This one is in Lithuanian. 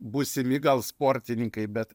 būsimi gal sportininkai bet